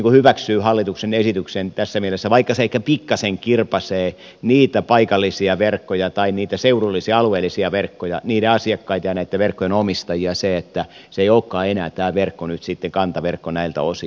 valiokunta hyväksyy hallituksen esityksen tässä mielessä vaikka se ehkä pikkasen kirpaisee niitä paikallisia verkkoja tai niitä seudullisia alueellisia verkkoja niiden asiakkaita ja näitten verkkojen omistajia että tämä verkko ei olekaan enää sitten kantaverkko näiltä osin